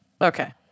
Okay